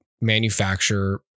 manufacture